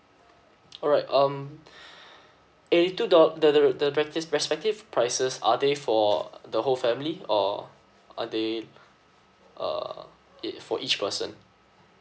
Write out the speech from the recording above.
alright um a~ to the the the re~ the re~ tive respective prices are they for uh the whole family or are they uh it for each person